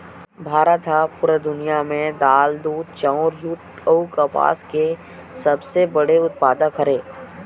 भारत हा पूरा दुनिया में दाल, दूध, चाउर, जुट अउ कपास के सबसे बड़े उत्पादक हरे